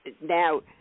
now